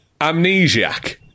Amnesiac